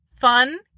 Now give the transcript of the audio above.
Fun